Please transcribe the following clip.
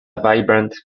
vibrant